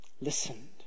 listened